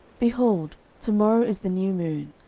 behold, to morrow is the new moon,